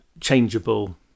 changeable